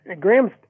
Graham's